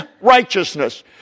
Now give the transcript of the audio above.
righteousness